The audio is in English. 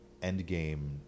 endgame